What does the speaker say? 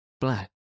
black